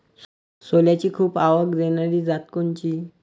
सोल्याची खूप आवक देनारी जात कोनची?